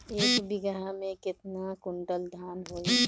एक बीगहा में केतना कुंटल धान होई?